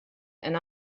and